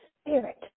spirit